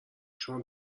چون